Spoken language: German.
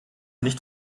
nicht